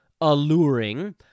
alluring